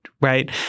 right